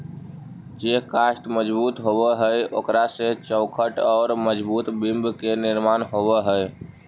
जे काष्ठ मजबूत होवऽ हई, ओकरा से चौखट औउर मजबूत बिम्ब के निर्माण होवऽ हई